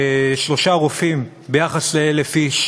משלושה רופאים ל-1,000 איש